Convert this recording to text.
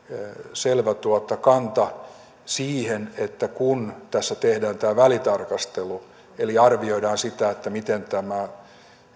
selvä kanta että kun tässä tehdään tämä välitarkastelu eli arvioidaan sitä miten tämä